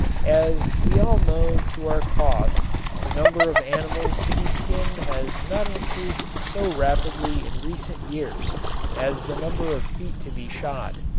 as we all know to our cost the number of animals to be skinned has not increased so rapidly in recent years as the number of feet to be shod.